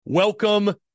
Welcome